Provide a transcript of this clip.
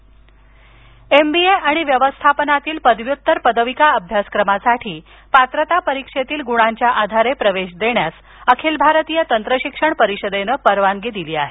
अभ्यासक्रम प्रवेश एमबीए आणि व्यवस्थापनातील पदव्युत्तर पदविका अभ्यासक्रमासाठी पात्रता परीक्षेतील गुणांच्या आधारे प्रवेश देण्यास अखिल भारतीय तंत्रशिक्षण परिषदेन परवानगी दिली आहे